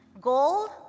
gold